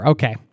Okay